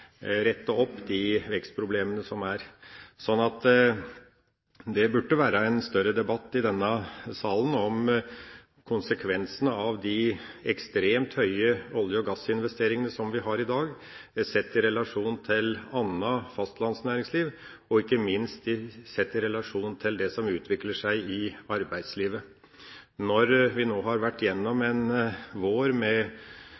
rette opp de vekstproblemene som er. Så det burde være en større debatt i denne salen om konsekvensene av de ekstremt høye olje- og gassinvesteringene som vi har i dag, sett i relasjon til annet fastlandsnæringsliv og ikke minst sett i relasjon til det som utvikler seg i arbeidslivet. Når vi nå har vært igjennom